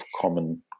common